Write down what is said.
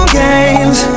games